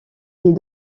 est